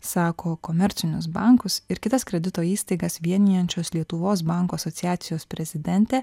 sako komercinius bankus ir kitas kredito įstaigas vienijančios lietuvos bankų asociacijos prezidentė